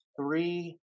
three